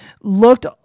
Looked